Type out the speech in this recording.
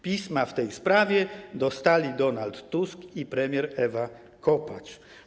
Pisma w tej sprawie dostali Donald Tusk i premier Ewa Kopacz.